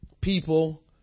people